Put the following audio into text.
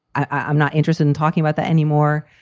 i'm not interested in talking about that anymore.